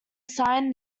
sign